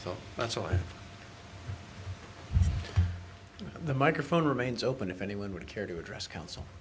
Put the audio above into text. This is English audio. so that's why the microphone remains open if anyone would care to address coun